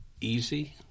easy